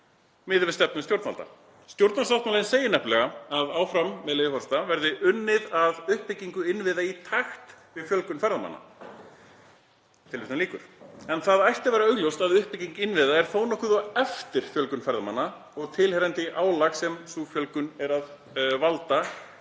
miðað við stefnu stjórnvalda? Stjórnarsáttmálinn segir nefnilega, með leyfi forseta: „Áfram verður unnið að uppbyggingu innviða í takt við fjölgun ferðamanna.“ En það ætti að vera augljóst að uppbygging innviða er þó nokkuð á eftir fjölgun ferðamanna og tilheyrandi álag sem sú fjölgun er að valda